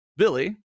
billy